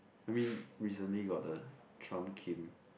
I mean recently got the trump kim